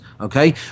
Okay